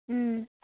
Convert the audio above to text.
ಹ್ಞೂ